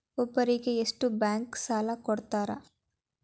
ಒಬ್ಬರಿಗೆ ಎಷ್ಟು ಬ್ಯಾಂಕ್ ಸಾಲ ಕೊಡ್ತಾರೆ?